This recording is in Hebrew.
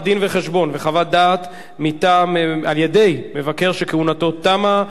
דין-וחשבון וחוות דעת על-ידי מבקר שכהונתו תמה),